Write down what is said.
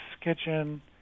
kitchen